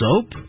soap